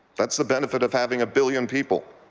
that's the benefit of having a billion people.